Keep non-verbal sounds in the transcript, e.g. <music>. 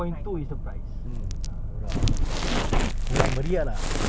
<laughs>